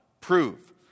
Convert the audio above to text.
prove